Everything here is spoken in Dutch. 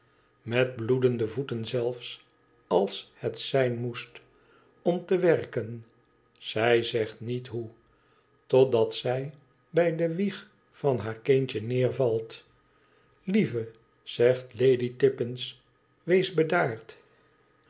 met bloedende voeten zelfs als het zijn moest om te werken zij zegt niet hoe totdat zij bij de wieg van haar kindje neervalt lieve zegt lady tippins t wees bedaard